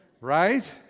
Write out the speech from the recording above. Right